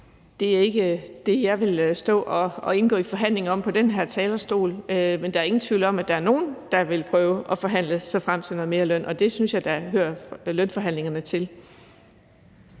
Det er ikke det, jeg vil stå og indgå i forhandlinger om på den her talerstol. Men der er ingen tvivl om, at der er nogle, der vil prøve at forhandle sig frem til noget mere løn, og det synes jeg da hører lønforhandlingerne til.